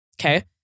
okay